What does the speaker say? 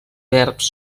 verbs